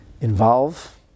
involve